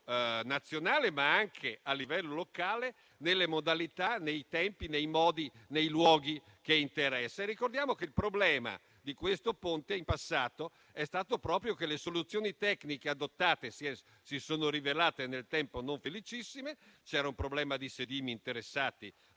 nazionale, ma anche a livello locale, nelle modalità, nei tempi e nei luoghi che interessa. Ricordiamo che il problema di questo Ponte in passato è stato proprio che le soluzioni tecniche adottate si sono rivelate nel tempo non felicissime; c'era un problema di sedimi interessati